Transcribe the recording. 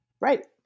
Right